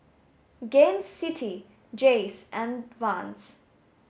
Gain City Jays and Vans